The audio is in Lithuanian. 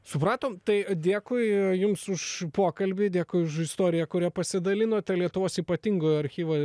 supratom tai dėkui jums už pokalbį dėkui už istoriją kuria pasidalinote lietuvos ypatingojo archyvo